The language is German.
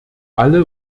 alle